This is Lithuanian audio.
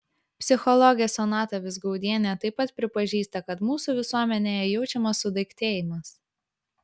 psichologė sonata vizgaudienė taip pat pripažįsta kad mūsų visuomenėje jaučiamas sudaiktėjimas